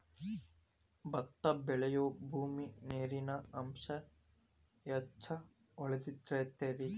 ಬತ್ತಾ ಬೆಳಿಯುಬೂಮಿ ನೇರಿನ ಅಂಶಾ ಹೆಚ್ಚ ಹೊಳದಿರತೆತಿ